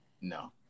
no